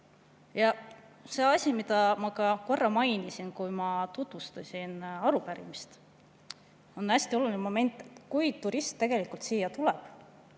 See, mida ma ka korra mainisin, kui ma tutvustasin arupärimist, on hästi oluline moment, et kui turist siia tuleb,